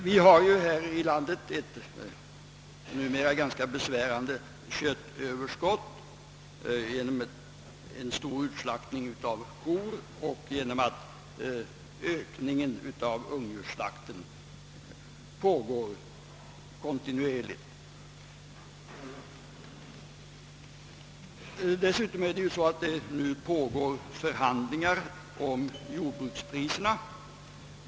Vi har ju här i landet ett numera ganska besvärande köttöverskott genom en stor utslaktning av kor och genom en kontinuerlig ökning av ungdjursslakten. Dessutom pågår det ju förhandlingar om jordbrukspriserna.